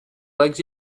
legs